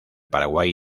paraguay